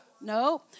no